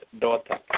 daughter